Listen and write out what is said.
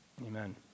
Amen